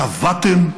קבעתם,